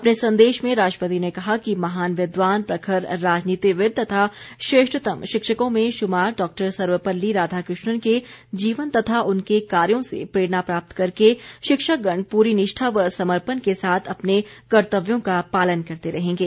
अपने संदेश में राष्ट्रपति ने कहा कि महान विद्वान प्रखर राजनीतिविद तथा श्रेष्ठतम शिक्षकों में श्मार डॉक्टर सर्वपल्ली राधाकृष्णन के जीवन तथा उनके कार्यों से प्रेरणा प्राप्त करके शिक्षकगण प्ररी निष्ठा व समर्पण के साथ अपने कर्तव्यों का पालन करते रहेंगे